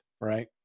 right